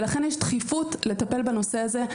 ולכן יש דחיפות לטפל בנושא הזה,